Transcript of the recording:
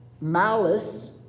malice